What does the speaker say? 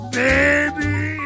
baby